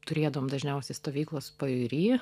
turėdavom dažniausiai stovyklos pajūry